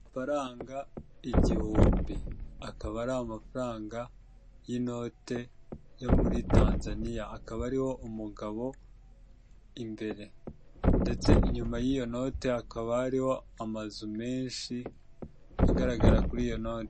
Amafaranga igihumbi, akaba ari amafaranga y'inote yo muri Tanzaniya, akaba ariho umugabo imbere ndetse inyuma y'iyo noti hakaba hariho amazu menshi agaragara kuri iyo note.